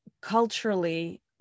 culturally